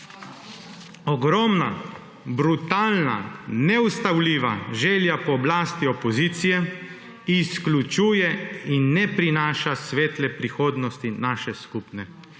Ogromna, brutalna, neustavljiva želja po oblasti opozicije izključuje in ne prinaša svetle prihodnosti naše skupne